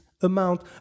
amount